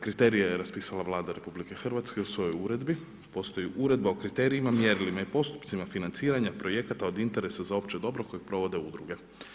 Kriterije je raspisala Vlada RH u svojoj uredbi, postoji Uredba o kriterijima, mjerilima i postupcima financiranja projekata od interesa za opće dobro kojeg provode udruge.